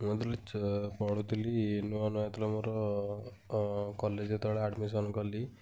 ମୁଁ ଯେତେବେଳେ ପଢ଼ୁଥିଲି ନୂଆ ନୂଆ ଯେତେବେଳେ ମୋର କଲେଜ୍ ଯେତେବେଳେ ଆଡ଼ମିସନ୍ କଲି